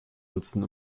nutzen